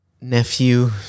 Nephew